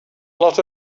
lot